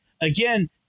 Again